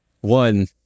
one